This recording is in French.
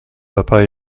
papa